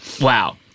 Wow